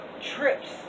trips